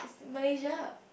Malaysia